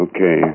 Okay